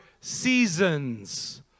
seasons